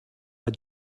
but